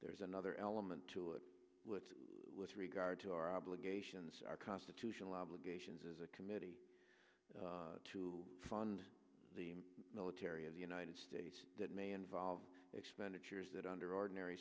there's another element to it with regard to our obligations our constitutional obligations as a committee to fund the military of the united states that may involve expenditures that under ordinary